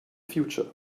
future